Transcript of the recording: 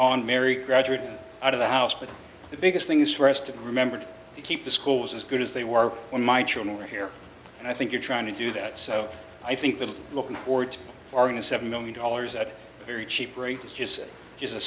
on mary graduate out of the house but the biggest thing is for us to remember to keep the schools as good as they were when my children were here and i think you're trying to do that so i think the looking forward to our in the seven million dollars at a very cheap rate is just